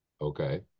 Okay